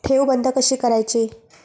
ठेव बंद कशी करायची?